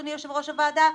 אדוני יושב-ראש הוועדה,